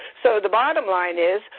so, the bottom line is,